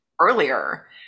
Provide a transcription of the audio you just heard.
earlier